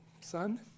son